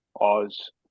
oz